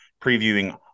previewing